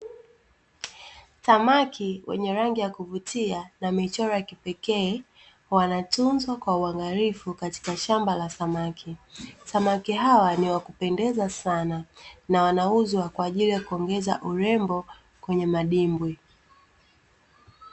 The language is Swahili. Samaki wenye rangi ya kuvutia na michoro ya kipekee, wanatunzwa kwa uwaghalifu katika shamba la samaki. Samaki hawa ni wakupendeza Sana, na wanauzwa kwa ajili ya kuongeza urembo kwenye madimbwi.